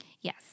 Yes